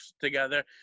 together